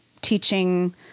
teaching